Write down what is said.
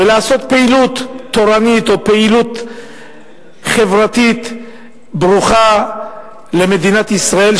ולעשות פעילות תורנית או פעילות חברתית ברוכה למדינת ישראל,